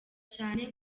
cyane